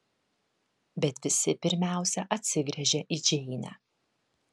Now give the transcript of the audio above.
bet visi pirmiausia atsigręžia į džeinę